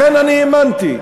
לכן, אני האמנתי.